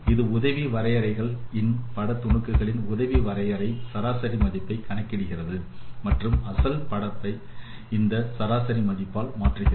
இது உதவி வரையறைகள் இன் பட துணுக்குகளில் உதவி வரையறை சராசரி மதிப்பை கணக்கிடுகிறது மற்றும் அசல் படப்பை இந்த சராசரி மதிப்பால் மாற்றுகிறது